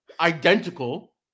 identical